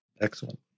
Excellent